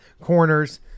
corners